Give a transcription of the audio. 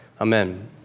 Amen